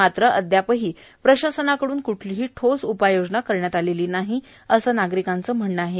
मात्र अद्याप प्रशासनाकडून क्ठलीही ठोस उपाययोजना करण्यात आलेली नाही असं नागरिकांचं म्हणणं आहे